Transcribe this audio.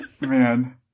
Man